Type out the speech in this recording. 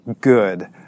good